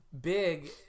Big